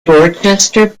dorchester